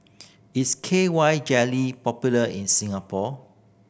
is K Y Jelly popular in Singapore